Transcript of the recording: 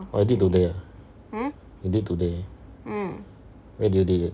oh you did today ah you did today where did you did it